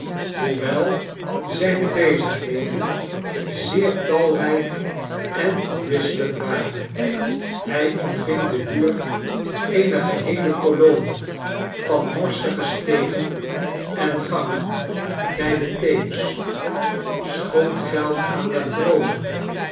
wel zijne bezigheden zeer talrijk en afwisselend waren hij ontving de huur eener geheeie kolonie van morsige stegen en gangen bij den teems schoot geld aan matrozen